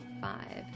five